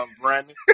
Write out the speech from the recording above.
Brandon